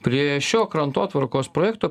prie šio krantotvarkos projekto